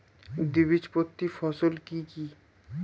দ্বিবীজপত্রী ফসল কি কি?